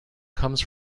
comes